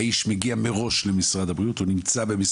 האיש מגיע מראש למשרד הבריאות,